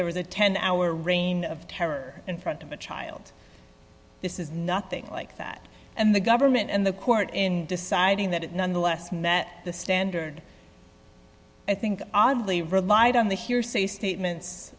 there was a ten hour reign of terror in front of a child this is nothing like that and the government and the court in deciding that it nonetheless met the standard i think oddly relied on the hearsay statements